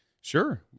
Sure